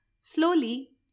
Slowly